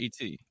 et